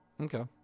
okay